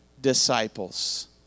disciples